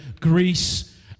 Greece